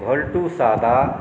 घोलटू सहतार